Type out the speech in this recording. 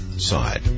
Side